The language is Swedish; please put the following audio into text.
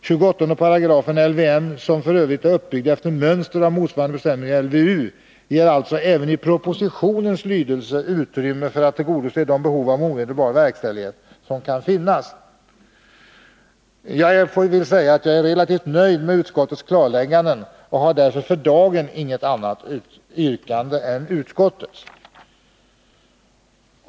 28§ LVM, som för övrigt är uppbyggd efter mönster av motsvarande bestämmelser i LVU, ger alltså även i propositionens lydelse utrymme för att tillgodose de behov av omedelbar verkställighet som kan finnas.” Jag är relativt nöjd med utskottets klarlägganden och har därför för dagen inget annat yrkande än utskottet.